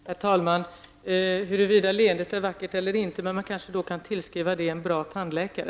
Herr talman! Huruvida leendet är vackert eller inte kan diskuteras. Man kanske kan tillskriva det en bra tandläkare.